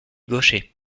gaucher